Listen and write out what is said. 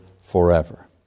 forever